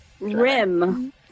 Rim